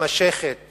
מתמשכת